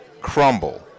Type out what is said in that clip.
crumble